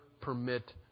permit